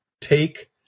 Take